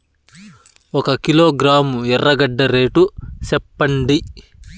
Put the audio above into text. ఒక కిలోగ్రాము ఎర్రగడ్డ రేటు సెప్పండి?